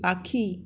পাখি